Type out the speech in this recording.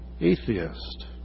atheist